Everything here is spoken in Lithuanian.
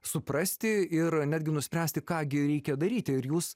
suprasti ir netgi nuspręsti ką gi reikia daryti ir jūs